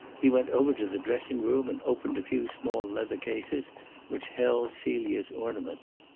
he went over to the dressing-room and opened a few small leather cases which held celia's ornaments.